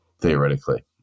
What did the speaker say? theoretically